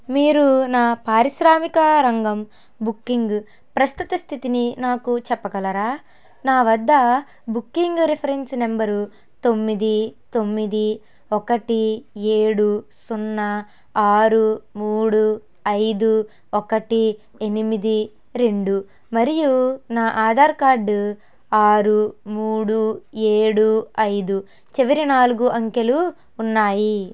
మీరు నా పారిశ్రామిక రంగం బుకింగ్ ప్రస్తుత స్థితిని నాకు చెప్పగలరా నా వద్ద బుకింగ్ రిఫరెన్స్ నంబరు తొమ్మిది తొమ్మిది ఒకటి ఏడు సున్నా ఆరు మూడు ఐదు ఒకటి ఎనిమిది రెండు మరియు నా ఆధార్ కార్డ్ ఆరు మూడు ఏడు ఐదు చివరి నాలుగు అంకెలు ఉన్నాయి